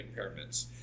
impairments